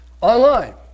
online